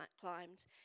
climbed